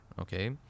okay